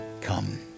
come